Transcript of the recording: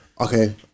Okay